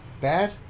bad